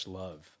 love